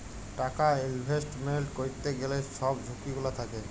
টাকা ইলভেস্টমেল্ট ক্যইরতে গ্যালে ছব ঝুঁকি গুলা থ্যাকে